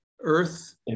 Earth